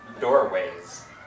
Doorways